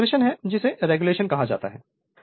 तो यह एक्सप्रेशन है जिसे रेगुलेशन कहा जाता है